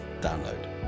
download